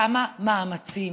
כמה מאמצים,